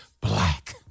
black